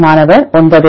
மாணவர் 9